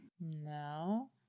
No